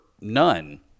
none